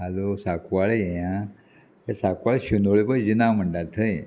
हालो सांकवाळे हें आं सांकवाळे शिनोळें पय जें नांव म्हणटात थंय